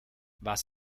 was